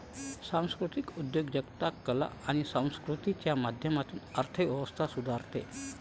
सांस्कृतिक उद्योजकता कला आणि संस्कृतीच्या माध्यमातून अर्थ व्यवस्था सुधारते